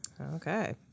Okay